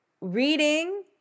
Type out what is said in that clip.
reading